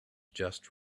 just